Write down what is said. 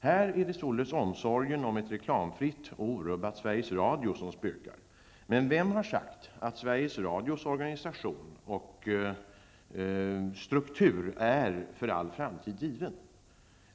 Här är det således omsorgen om ett reklamfritt och orubbat Sveriges Radio som spökar. Men vem har sagt att Sveriges Radios organisation och struktur är för all framtid given?